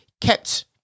kept